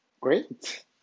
great